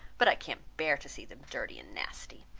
but i can't bear to see them dirty and nasty.